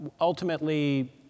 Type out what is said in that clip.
ultimately